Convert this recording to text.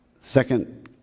Second